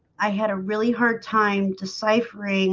i had a really hard time deciphering